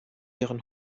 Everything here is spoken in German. ihren